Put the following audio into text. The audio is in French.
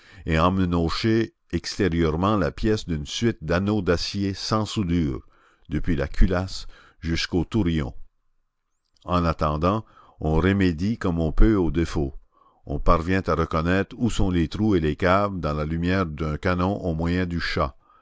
et émenaucher extérieurement la pièce d'une suite d'anneaux d'acier sans soudure depuis la culasse jusqu'au tourillon en attendant on remédie comme on peut au défaut on parvient à reconnaître où sont les trous et les caves dans la lumière d'un canon au moyen du chat